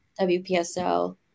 WPSL